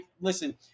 listen